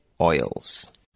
oils